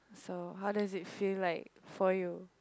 so how does it feel like for you